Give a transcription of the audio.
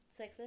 sexist